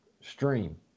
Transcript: stream